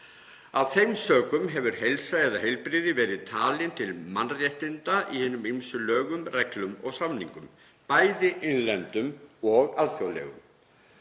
Af þeim sökum hefur heilsa eða heilbrigði verið talin til mannréttinda í hinum ýmsu lögum, reglum og samningum, bæði innlendum og alþjóðlegum.